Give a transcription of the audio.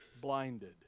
blinded